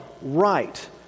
right